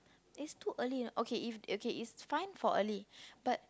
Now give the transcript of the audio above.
its too early you know okay if its fine for early but